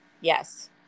Yes